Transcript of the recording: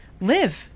live